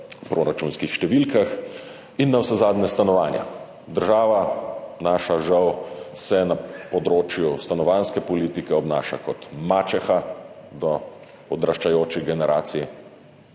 proračunskih številkah. In navsezadnje stanovanja. Naša država se na področju stanovanjske politike žal obnaša kot mačeha do odraščajočih generacij